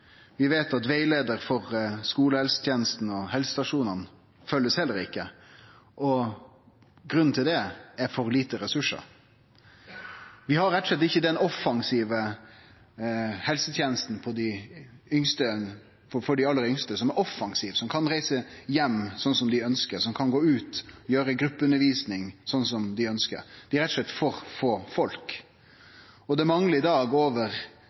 Vi veit at Veileder for helsestasjons- og skolehelsetjenesten heller ikkje blir følgd. Grunnen til det er for lite ressursar. Vi har rett og slett ikkje ei helseteneste for dei aller yngste som er offensiv at dei kan reise heim til folk, slik som dei ønskjer, at dei kan gå ut og drive gruppeundervisning, slik som dei ønskjer. Det er rett og slett for få folk. Det manglar i dag over